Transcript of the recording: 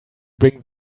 bring